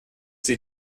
sie